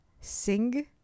Sing